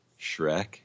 Shrek